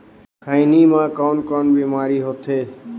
खैनी म कौन कौन बीमारी होथे?